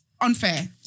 unfair